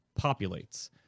populates